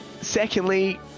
Secondly